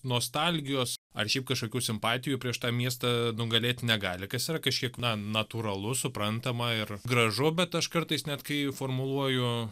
nostalgijos ar šiaip kažkokių simpatijų prieš tą miestą nugalėt negali kas yra kažkiek na natūralu suprantama ir gražu bet aš kartais net kai formuluoju